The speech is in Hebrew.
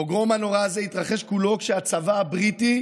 הפוגרום הנורא הזה התרחש כולו כשהצבא הבריטי